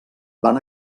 van